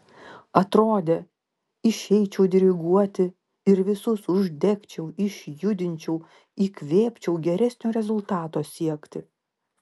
atrodė išeičiau diriguoti ir visus uždegčiau išjudinčiau įkvėpčiau geresnio rezultato siekti